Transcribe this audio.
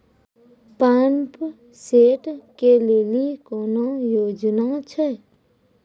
Pump set केलेली कोनो योजना छ?